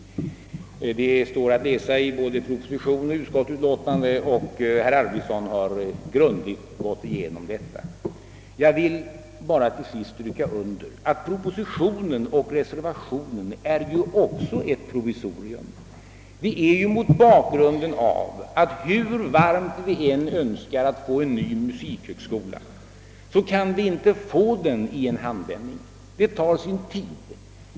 Denna motivering står att läsa i både propositionen och utskottsutlåtandet, och herr Arvidson har här grundligt gått igenom den. Jag vill till sist understryka att både propositionen och reservationen innebär ett provisorium. Det bör ses mot bakgrunden av att vi, hur varmt vi än önskar det, inte kan få någon ny musikhögskola i en handvändning. Den saken tar sin tid.